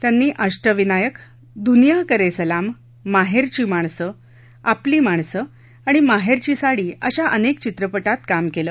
त्यांनी अष्टविनायक दुनिया करे सलाम माहेरची माणसं आपली माणसं आणि माहेरची साडी अशा अनेक चित्रपटात काम केलं